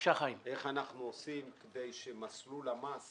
איך אנחנו עושים כדי שמסלול המס